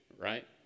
right